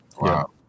Wow